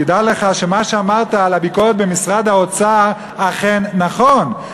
תדע לך שמה שאמרת על הביקורת במשרד האוצר אכן נכון,